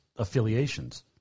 affiliations